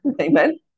Amen